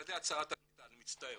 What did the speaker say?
ומבחינתי את שרת הקליטה, אני מצטער